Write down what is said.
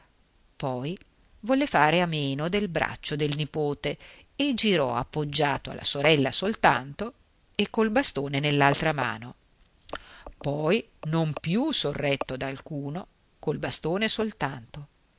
poi volle fare a meno del braccio del nipote e girò appoggiato alla sorella soltanto e col bastone nell'altra mano poi non più sorretto da alcuno col bastone soltanto